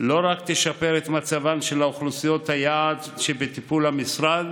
תשפר לא רק את מצבן של אוכלוסיות היעד שבטיפול המשרד,